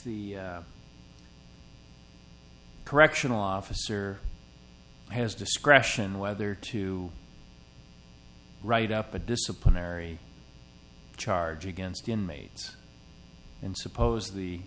the correctional officer has discretion whether to write up a disciplinary charge against inmates and suppose